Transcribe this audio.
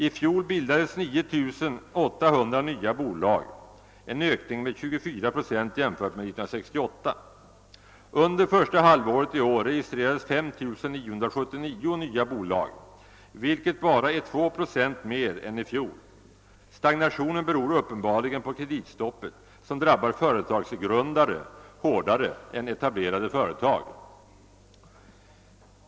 I fjol bildades 9 800 nya bolag, en ökning med 24 procent jämfört med 1968. Under första halvåret i år registrerades 5979 nya bolag, vilket bara är 2 procent mer än i fjol. Stagnationen beror uppenbarligen på kreditstoppet, som drabbar företagsgrundare hårdare än etablerade företag.